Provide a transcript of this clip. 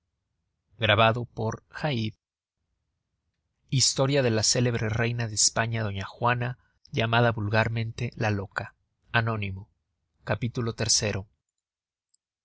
gutenberg ebook of historia de la célebre reina de españa doña juana llamada vulgarmente la loca